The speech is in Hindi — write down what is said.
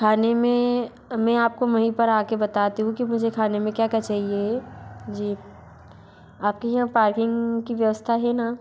खाने में में आप को वहीं पर आ के बताती हूँ कि मुझे खाने में क्या क्या चाहिए जी आप के यहाँ पार्किंग की व्यवस्था है ना